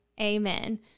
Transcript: Amen